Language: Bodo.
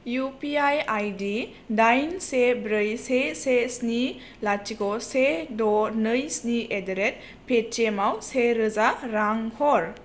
इउ पि आइ आइ दि दाइन से ब्रै से से स्नि लथिख' से द' नै स्न ऐट दा रेट आव से रोजा रां हर